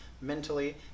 mentally